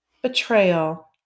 betrayal